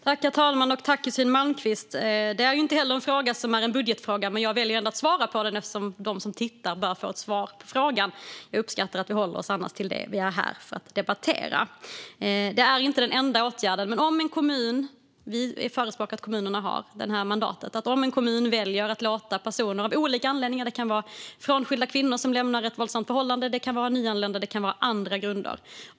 Herr talman! Det är inte en fråga som är en budgetfråga, men jag väljer ändå att svara på den eftersom de som tittar på debatten bör få ett svar på frågan. Annars uppskattar jag att vi håller oss till det som vi är här för att debattera. Det är inte den enda åtgärden. Vi förespråkar att kommunerna har mandatet att välja att låta personer gå före i bostadskön av olika anledningar. Det kan vara frånskilda kvinnor som lämnat ett våldsamt förhållande, det kan vara nyanlända och det kan vara på andra grunder.